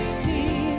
see